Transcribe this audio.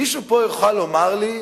מישהו פה יכול לומר לי,